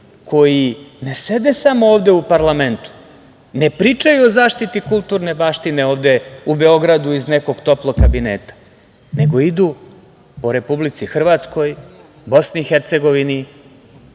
koji ne sede samo ovde u parlamentu, ne pričaju o zaštiti kulturne baštine ovde u Beogradu iz nekog toplog kabineta, nego idu po Republici Hrvatskoj, BiH, Severnoj